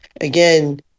Again